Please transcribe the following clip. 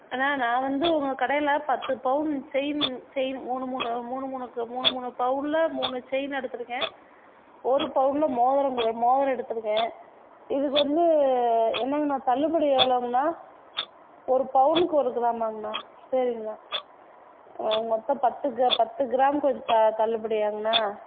அண்ணா நான் வந்த உங்கள் கடையில் பத்து பவுன் செயின் செயின் மூணு மூணு மூணு மூணு மூணு மூணு பவுனில் மூணு செயின் எடுத்திருக்கேன் ஒரு பவுனில் மோதிரம் மோதிரம் எடுத்திருக்கேன் இதுக்கு வந்து என்னங்ண்ணா தள்ளுபடி எவ்வளோங்ணா ஒரு பவுனுக்கு ஒரு கிராமாங்ணா சரிங்ணா மொத்தம் பத்து பத்து கிராம் கொஞ்சம் த தள்ளுபடியாங்ணா